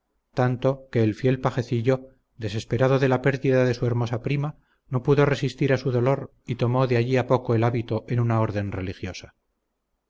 tanto que el fiel pajecillo desesperado de la pérdida de su hermosa prima no pudo resistir a su dolor y tomó de allí a poco el hábito en una orden religiosa